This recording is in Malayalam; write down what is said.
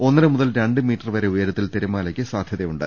ഒന്നര മുതൽ രണ്ട് മീറ്റർ വരെ ഉയരത്തിൽ തിരമാ ലയ്ക്കു സാധ്യതയുണ്ട്